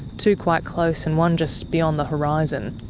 two quite close and one just beyond the horizon.